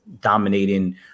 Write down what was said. dominating